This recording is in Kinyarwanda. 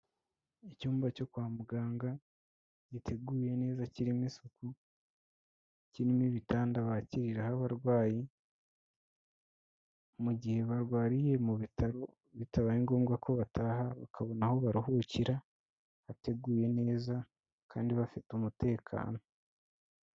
Icyumba cyo kwa muganga, giteguye neza kirimo isuku, kirimo ibitanda bakiriraho abarwayi, mu gihe barwariye mu bitaro bitabaye ngombwa ko bataha bakabona aho baruhukira, hateguye neza kandi bafite umutekano.